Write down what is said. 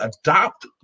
adopt